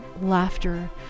laughter